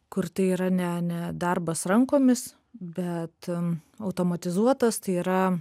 kur tai yra ne ne darbas rankomis bet automatizuotas tai yra